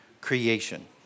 creation